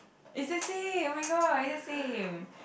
it's the same oh-my-god it's the same